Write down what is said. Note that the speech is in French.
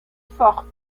forte